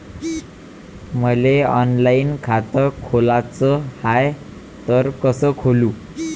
मले ऑनलाईन खातं खोलाचं हाय तर कस खोलू?